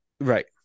Right